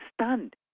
stunned